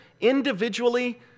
individually